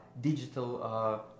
digital